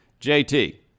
jt